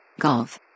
Golf